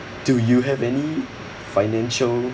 do you have any financial